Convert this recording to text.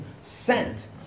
sent